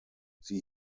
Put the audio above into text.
sie